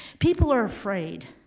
people are afraid,